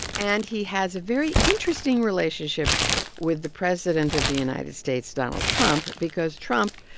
and he has a very interesting relationship with the president of the united states, donald trump, because trump,